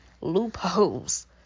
loopholes